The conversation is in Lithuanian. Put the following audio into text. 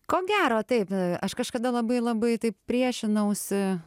ko gero taip aš kažkada labai labai priešinausi